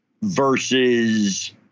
versus